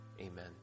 amen